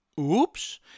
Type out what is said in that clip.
Oops